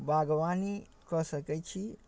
बागवानी कऽ सकै छी